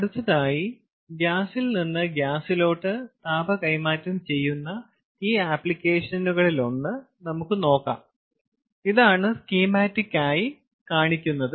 അടുത്തതായി ഗ്യാസിൽ നിന്ന് ഗ്യാസിലോട്ടു താപ കൈമാറ്റം ചെയ്യുന്ന ഈ ആപ്ലിക്കേഷനുകളിലൊന്ന് നമുക്ക് നോക്കാം ഇതാണ് സ്കീമമാറ്റിക് ആയി കാണിക്കുന്നത്